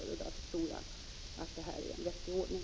Därför tror jag att det här är en vettig ordning.